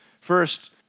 First